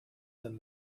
than